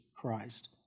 Christ